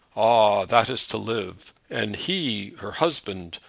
ah that is to live! and he, her husband,